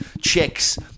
chicks